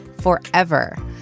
Forever